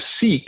seek